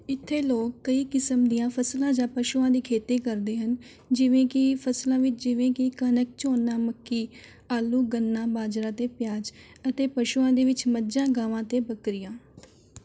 ਇੱਥੇੇ ਲੋਕ ਕਈ ਕਿਸਮ ਦੀਆਂ ਫਸਲਾਂ ਜਾਂ ਪਸ਼ੂਆਂ ਦੀ ਖੇਤੀ ਕਰਦੇ ਹਨ ਜਿਵੇਂ ਕਿ ਫਸਲਾਂ ਵਿੱਚ ਜਿਵੇਂ ਕਿ ਕਣਕ ਝੋਨਾ ਮੱਕੀ ਆਲੂ ਗੰਨਾ ਬਾਜਰਾ ਅਤੇ ਪਿਆਜ਼ ਅਤੇ ਪਸ਼ੂਆਂ ਦੇ ਵਿੱਚ ਮੱਝਾਂ ਗਾਵਾਂ ਅਤੇ ਬੱਕਰੀਆਂ